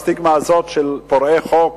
הסטיגמה הזאת של פורעי חוק,